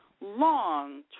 long